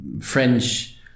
French